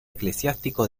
eclesiástico